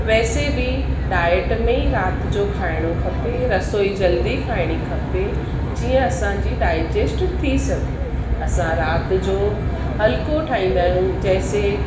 वैसे बि डाइट में राति जो खाइणो खपे रसोई जल्दी खाइणी खपे जीअं असांजी डाइटजेस्ट थी सघे असां राति जो हल्को ठाहींदा आहिंयूं जैसे